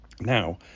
Now